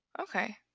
Okay